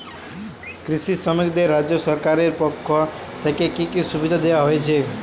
কৃষি শ্রমিকদের রাজ্য সরকারের পক্ষ থেকে কি কি সুবিধা দেওয়া হয়েছে?